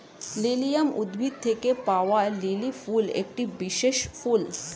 lilium উদ্ভিদ থেকে পাওয়া লিলি ফুল একটি বিশেষ ফুল